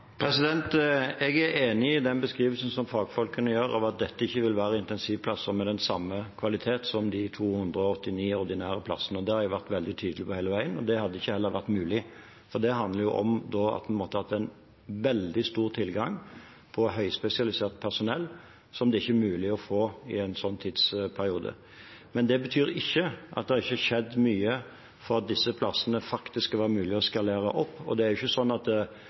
Jeg er enig i den beskrivelsen som fagfolkene gir, at dette ikke vil være intensivplasser med samme kvalitet som de 289 ordinære plassene. Det har jeg vært veldig tydelig på hele veien. Og det hadde heller ikke vært mulig. Det handler om at en da måtte hatt en veldig stor tilgang på høyspesialisert personell, som det ikke er mulig å få i en sånn tidsperiode. Det betyr ikke at det ikke har skjedd mye for at disse plassene faktisk skal være mulig å eskalere opp. Det er ikke sånn at